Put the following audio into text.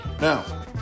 now